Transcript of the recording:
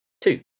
Two